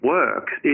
works